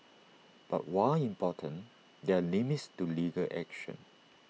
but while important there are limits to legal action